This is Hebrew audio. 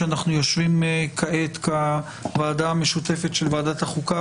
שאנחנו יושבים כעת כוועדה המשותפת של ועדת החוקה,